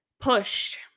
push